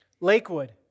Lakewood